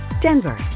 Denver